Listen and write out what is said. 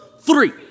three